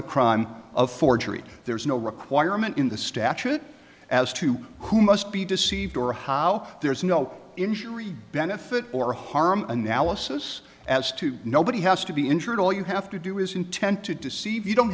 the crime of forgery there's no requirement in the statute as to who must be deceived or how there's no injury benefit or harm analysis as to nobody has to be injured all you have to do is intent to deceive you don't